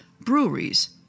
breweries